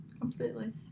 Completely